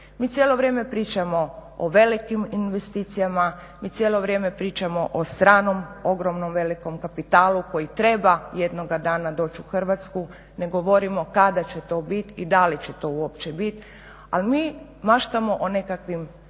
Mi cijelo vrijeme pričamo o velikim investicijama, mi cijelo vrijeme pričamo o stranom ogromno velikom kapitalu koji treba jednoga dana doći u Hrvatsku, ne govorimo kada će to biti i da li će to uopće biti, ali mi maštamo o mi nekakvim velikim